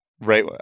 right